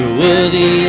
worthy